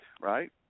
right